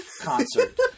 concert